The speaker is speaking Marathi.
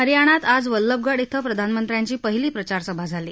हरयाणात आज वल्लभगड ब्रिं प्रधानमंत्र्यांची पहिली प्रचारसभा झाली